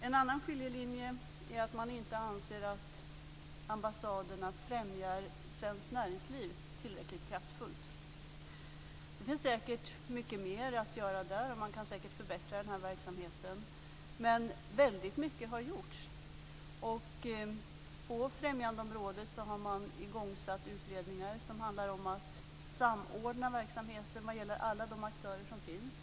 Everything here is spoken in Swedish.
En annan skiljelinje är att man inte anser att ambassaderna främjar svenskt näringsliv tillräckligt kraftfullt. Det finns säkert mycket mer att göra, och man kan säkert förbättra verksamheten. Men väldigt mycket har gjorts. På främjandeområdet har man satt i gång utredningar som handlar om att samordna verksamheten vad gäller alla de aktörer som finns.